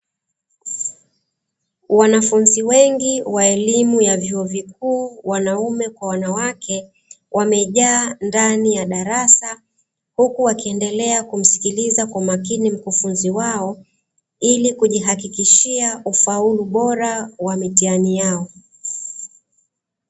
Wanafunzi wengi wa elimu ya vyuo vikuu wanaume kwa wanawake, wamejaa ndani ya darasa, huku wakiendelea kumsikiliza kwa makini mkufunzi wao, ili kujihakikishia ufaulu bora wa mitihani yao.